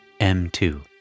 M2